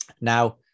Now